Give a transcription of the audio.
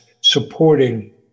supporting